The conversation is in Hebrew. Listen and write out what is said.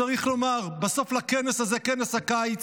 צריך לומר, בסוף הכנס הזה, כנס הקיץ,